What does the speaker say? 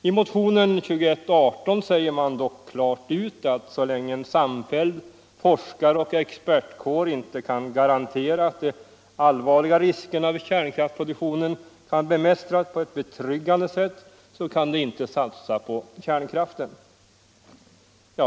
I motionen 2118 sägs dock klart ut att så länge en samfälld forskaroch expertkår inte kan garantera att de allvarliga riskerna vid kärnkraftsproduktionen kan bemästras på ett betryggande sätt så kan man inte satsa på kärnkraften.